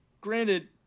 granted